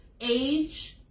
age